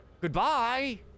Goodbye